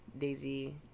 Daisy